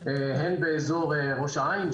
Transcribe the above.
הן באזור ראש העין,